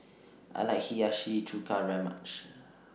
I like Hiyashi Chuka very much